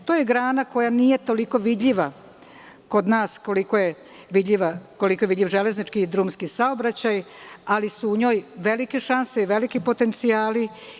To je grana koja nije toliko vidljiva kod nas koliko je vidljiv železnički i drumski saobraćaj, ali su u njoj velike šanse i veliki potencijali.